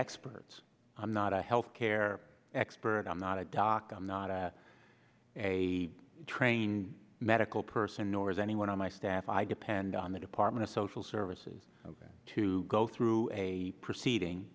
experts i'm not a health care expert i'm not a doc i'm not a trained medical person nor is anyone on my staff i depend on the department of social services to go through a proceeding